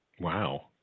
Wow